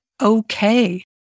okay